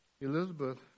Elizabeth